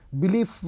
belief